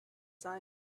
sun